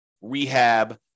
rehab